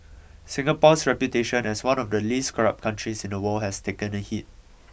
Singapore's reputation as one of the least corrupt countries in the world has taken a hit